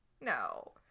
no